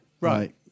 right